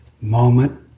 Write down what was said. moment